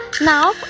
now